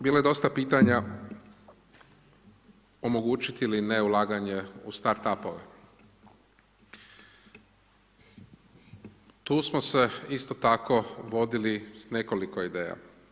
Bilo je dosta pitanja omogućiti ili ne ulaganje u start up-ove, tu smo se isto tako vodili s nekoliko ideja.